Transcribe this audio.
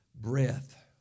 breath